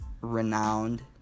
renowned